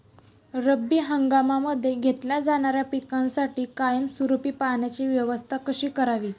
रब्बी हंगामामध्ये घेतल्या जाणाऱ्या पिकांसाठी कायमस्वरूपी पाण्याची व्यवस्था कशी करावी?